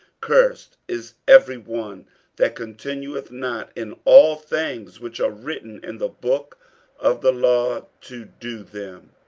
cursed is every one that continueth not in all things which are written in the book of the law to do them.